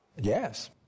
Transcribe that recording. Yes